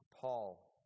Paul